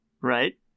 Right